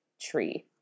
tree